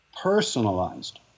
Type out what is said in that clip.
personalized